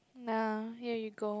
nah here you go